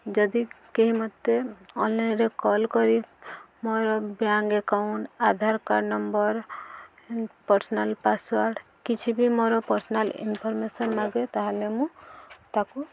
ଯଦି କେହି ମୋତେ ଅନଲାଇନ୍ରେ କଲ୍ କରି ମୋର bank account Aadhaar card number personal password କିଛି ବି ମୋର ପର୍ସନାଲ୍ ଇନଫର୍ମେସନ୍ ମାଗେ ତାହେଲେ ମୁଁ ତାକୁ